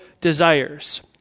desires